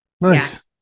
Nice